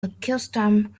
accustomed